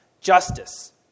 justice